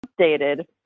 updated